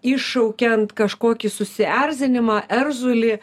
iššaukiant kažkokį susierzinimą erzulį